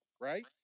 right